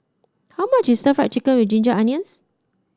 how much is Stir Fried Chicken with Ginger Onions